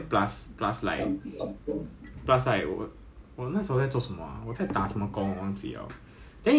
我的 batch 是 actually J_C 的 batch even though 我是 from poly like 他们放我的 obese batch as